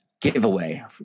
giveaway